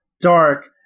dark